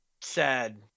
sad